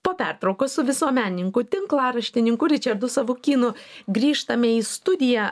po pertraukos su visuomenininku tinklaraštininku ričardu savukynu grįžtame į studiją